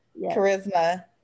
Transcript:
Charisma